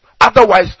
otherwise